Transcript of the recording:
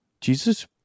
Jesus